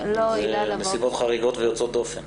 נסיבות חריגות ויוצאות דופן.